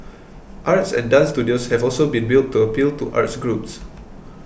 arts and dance studios have also been built to appeal to arts groups